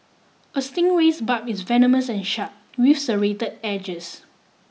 a stingray's barb is venomous and sharp with serrated edges